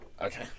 Okay